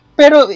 pero